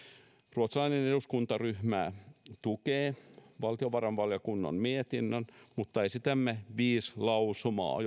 ruotsalainen eduskuntaryhmä tukee valtiovarainvaliokunnan mietintöä mutta esitämme viittä lausumaa